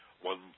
one